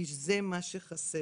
כי זה מה שחסר.